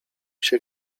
się